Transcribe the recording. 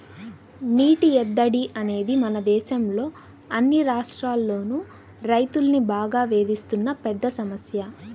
నీటి ఎద్దడి అనేది మన దేశంలో అన్ని రాష్ట్రాల్లోనూ రైతుల్ని బాగా వేధిస్తున్న పెద్ద సమస్య